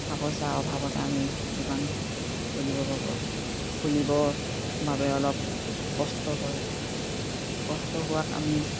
টকা পইচা অভাৱতে আমি দোকান খুলিব পাৰোঁ খুলিবৰ বাবে অলপ কষ্ট হয় কষ্ট হোৱাত আমি